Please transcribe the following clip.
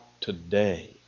today